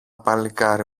παλικάρι